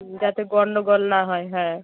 যাতে গণ্ডগোল না হয় হ্যাঁ